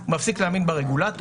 הוא מפסיק להאמין ברגולטורים,